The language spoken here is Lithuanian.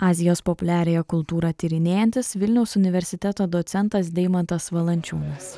azijos populiariąją kultūrą tyrinėjantis vilniaus universiteto docentas deimantas valančiūnas